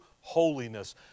holiness